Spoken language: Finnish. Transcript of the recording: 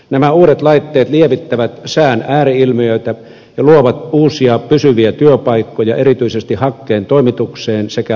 nämä uudet laitteet lievittävät sään ääri ilmiöitä ja luovat uusia pysyviä työpaikkoja erityisesti hankkeen toimitukseen sekä laitevalmistukseen ja huoltoon